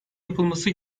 yapılması